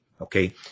okay